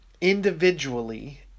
individually